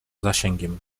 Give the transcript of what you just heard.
zasięgiem